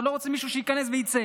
אתה לא רוצה מישהו שייכנס ויצא.